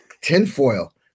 tinfoil